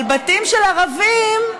אבל בתים של ערבים,